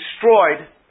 destroyed